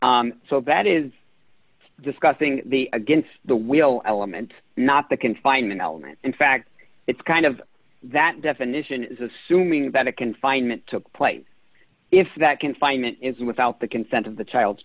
guardian so that is discussing the against the will element not the confinement element in fact it's kind of that definition is assuming that a confinement took place if that confinement is without the consent of the child's